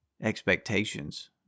expectations